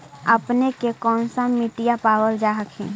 अपने के कौन सा मिट्टीया पाबल जा हखिन?